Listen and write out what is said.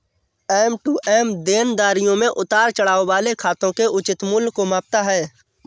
M to M देनदारियों में उतार चढ़ाव वाले खातों के उचित मूल्य को मापता है